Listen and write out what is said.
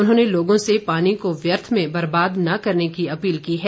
उन्होंने लोगों से पानी को व्यर्थ में बर्बाद न करने की अपील की है